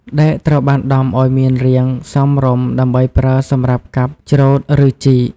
ដែកត្រូវបានដំឲ្យមានរាងសមរម្យដើម្បីប្រើសម្រាប់កាប់ ច្រូត ឬជីក។